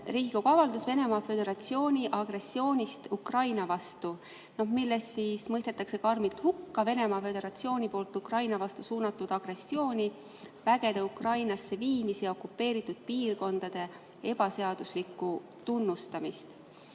kirjutanud avaldusele "Venemaa Föderatsiooni agressioonist Ukraina vastu", milles mõistetakse karmilt hukka Venemaa Föderatsiooni poolt Ukraina vastu suunatud agressiooni, vägede Ukrainasse viimist ja okupeeritud piirkondade ebaseaduslikku tunnustamist.